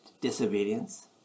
disobedience